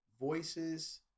voices